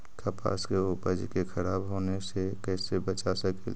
कपास के उपज के खराब होने से कैसे बचा सकेली?